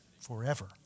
Forever